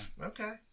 Okay